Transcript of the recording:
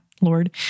Lord